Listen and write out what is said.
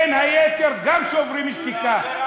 בין היתר גם "שוברים שתיקה" זה רע מאוד.